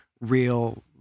real